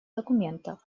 документа